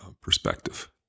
perspective